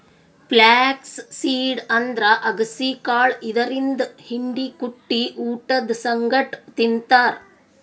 flax seed ಅಂದ್ರ ಅಗಸಿ ಕಾಳ್ ಇದರಿಂದ್ ಹಿಂಡಿ ಕುಟ್ಟಿ ಊಟದ್ ಸಂಗಟ್ ತಿಂತಾರ್